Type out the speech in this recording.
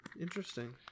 Interesting